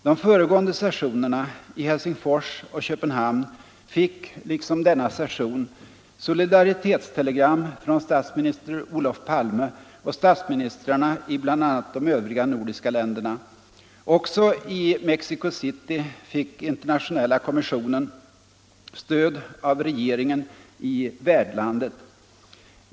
De föregående sessionerna i Helsingfors och Köpenhamn fick — liksom denna session — solidaritetstelegram från statsminister Olof Palme och statsministrarna i bl.a. de övriga nordiska länderna. Också i Mexico City fick Internationella kommissionen stöd av regeringen i värdlandet.